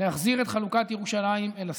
להחזיר את חלוקת ירושלים אל השיח,